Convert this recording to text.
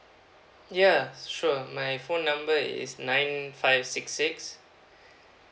yeuh sure my phone number is nine five six six